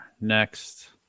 next